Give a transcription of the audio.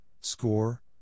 score